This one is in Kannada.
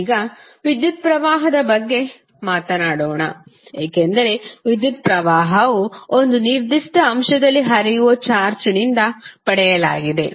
ಈಗ ವಿದ್ಯುತ್ ಪ್ರವಾಹದ ಬಗ್ಗೆ ಮಾತನಾಡೋಣ ಏಕೆಂದರೆ ವಿದ್ಯುತ್ ಪ್ರವಾಹವು ಒಂದು ನಿರ್ದಿಷ್ಟ ಅಂಶದಲ್ಲಿ ಹರಿಯುವ ಚಾರ್ಜ್ನಿಂದ ಪಡೆಯಲಾಗಿದೆ